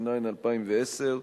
התש"ע 2010,